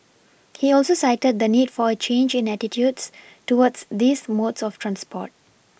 he also cited the need for a change in attitudes towards these modes of transport